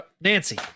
nancy